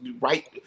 right